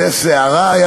זו סערה?